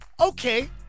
Okay